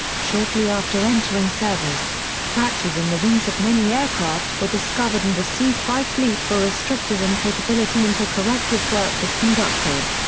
shortly after entering service, fractures in the wings of many aircraft were discovered and the c five fleet were restricted in capability until corrective work was conducted.